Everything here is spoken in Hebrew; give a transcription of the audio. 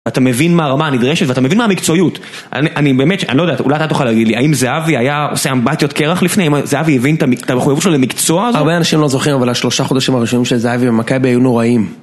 אתה מבין מה הרמה הנדרשת ואתה מבין מה המקצועיות. אני באמת, אני לא יודע, אולי אתה תוכל להגיד לי, האם זהבי היה עושה אמבטיות קרח לפני? האם זהבי הבין את המחויבות שלו למקצוע? - הרבה אנשים לא זוכרים, אבל השלושה חודשים הראשונים של זהבי במכבי היו נוראים.